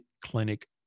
Clinic